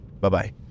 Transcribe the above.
Bye-bye